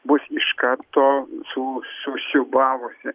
bus iš karto su susiūbavusi